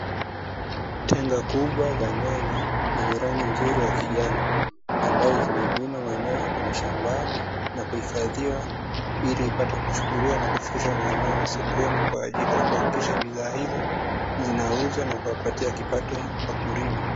Tenga kubwa la nyanya zenye rangi nzuri ya kijani, ambazo zimevunwa maeneo ya mashambani na kuhifadhiwa ili ipate kuchukuliwa na kufikishwa maeneo ya masokoni kwa ajili ya kuhakikisha bidhaa hizo zinauzwa na kuwapatia kipato wakulima.